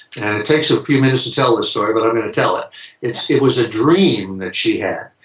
and it takes a few minutes to tell the story, but i'm gonna tell it. it it was a dream that she had.